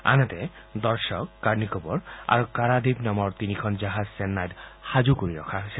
আনহাতে দৰ্শক কাৰনিকোবৰ আৰু ক'ৰাদ্বীভ নামৰ তিনিখন জাহাজ চেন্নাইত সাজু কৰি ৰখা হৈছে